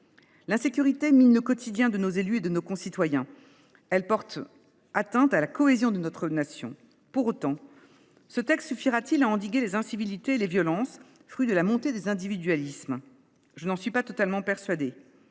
L’insécurité mine le quotidien de nos élus et de nos concitoyens. Elle porte atteinte à la cohésion de notre Nation. Pour autant, ce texte suffira t il à endiguer les incivilités et les violences, fruits de la montée des individualismes ? Je n’en suis pas totalement persuadée.